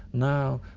now,